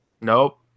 Nope